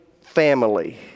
Family